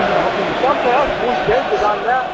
अँ हँ सब तरहक फूल छै दोकानमे